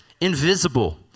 invisible